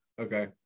Okay